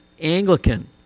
Anglican